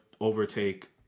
overtake